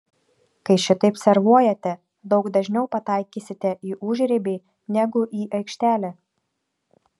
kai šitaip servuojate daug dažniau pataikysite į užribį negu į aikštelę